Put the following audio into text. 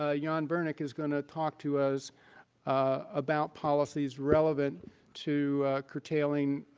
ah yeah jon vernick is going to talk to us about policies relevant to curtailing